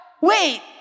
wait